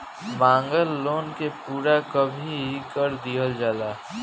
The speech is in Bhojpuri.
मांगल लोन के पूरा कभी कर दीहल जाला